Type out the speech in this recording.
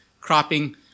cropping